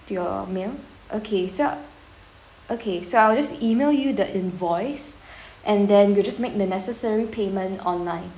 to your meal okay so okay so I will just email you the invoice and then you just make the necessary payment online